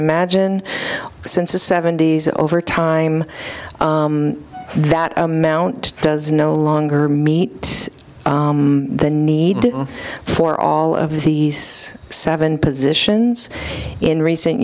imagine since the seventy's over time that amount does no longer meet the need for all of these seven positions in recent